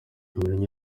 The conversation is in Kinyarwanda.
mourinho